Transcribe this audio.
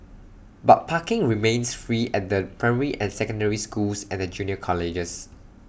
but parking remains free at the primary and secondary schools and the junior colleges